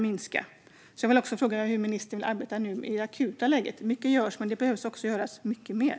Hur arbetar ministern i detta akuta läge? Mycket görs, men det behöver göras mer.